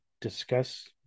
discuss